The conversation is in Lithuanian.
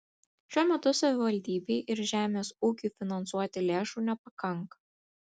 šiuo metu savivaldybei ir žemės ūkiui finansuoti lėšų nepakanka